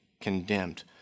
condemned